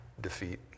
defeat